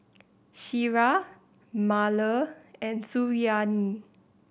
Syirah Melur and Suriani